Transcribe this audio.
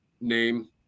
name